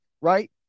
right